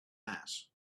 mass